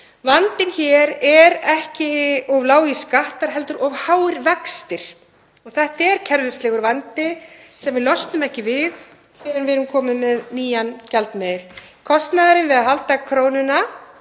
Vandinn hér er ekki of lágir skattar heldur of háir vextir. Þetta er kerfislægur vandi sem við losnum ekki við fyrr en við erum komin með nýjan gjaldmiðil. Kostnaðurinn við að halda í krónuna